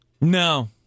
no